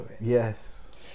Yes